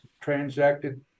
transacted